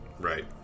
Right